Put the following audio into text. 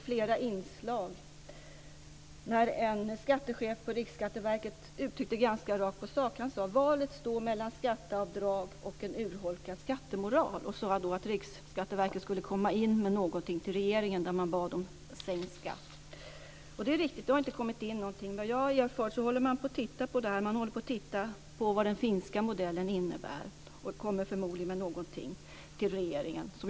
Flera inslag visade en skattechef på Riksskatteverket som ganska rakt på sak uttryckte att valet står mellan skatteavdrag och en urholkad skattemoral. Han sade också att Riksskatteverket skulle ge regeringen någon form av skrivelse där man bad om sänkt skatt. Men det är riktigt att det inte har kommit in någon sådan, men såvitt jag erfar håller man på att se över detta. Bl.a. ser man på vad den finska modellen innebär. Förmodligen kommer man att inlämna en skrivelse till regeringen.